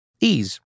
Ease